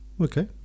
Okay